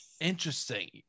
interesting